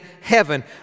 heaven